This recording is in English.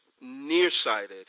nearsighted